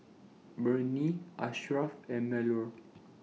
Murni Asharaff and Melur